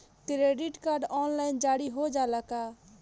Credit card online जारी हो जाला का?